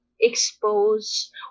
expose